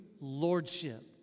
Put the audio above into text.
lordship